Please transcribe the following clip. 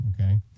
okay